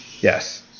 Yes